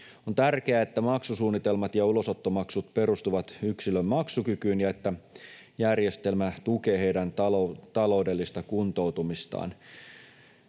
On tärkeää, että maksusuunnitelmat ja ulosottomaksut perustuvat yksilön maksukykyyn ja järjestelmä tukee heidän taloudellista kuntoutumistaan.